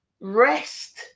rest